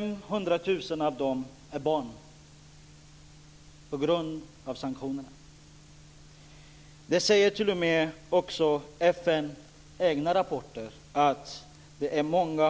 500 000 av dem är barn. Nu framgår det t.o.m. i FN:s egna rapporter att